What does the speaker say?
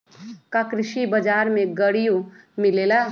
का कृषि बजार में गड़ियो मिलेला?